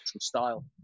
style